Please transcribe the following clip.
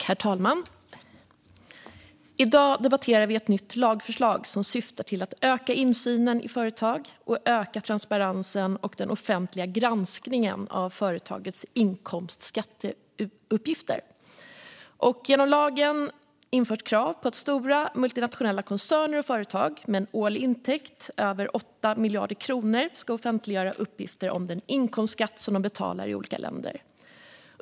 Herr talman! I dag debatterar vi ett nytt lagförslag som syftar till att öka insynen i företag och öka transparensen och den offentliga granskningen av företagets inkomstskatteuppgifter. Genom lagen införs krav på att stora multinationella koncerner och företag med en årlig intäkt över 8 miljarder kronor ska offentliggöra uppgifter om den inkomstskatt som de betalar i olika länder.